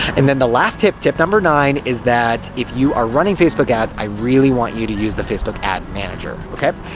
and then, the last tip, tip number nine, is that if you are running facebook ads, i really want you to use the facebook ad manager, ok?